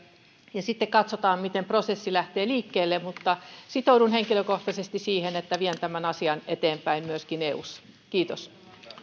ja sitten katsotaan miten prosessi lähtee liikkeelle sitoudun henkilökohtaisesti siihen että vien tämän asian eteenpäin myöskin eussa kiitos